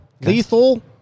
Lethal